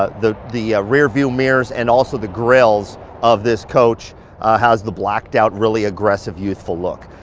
ah the the rear view mirrors and also the grilles of this coach has the blacked out really aggressive youthful look.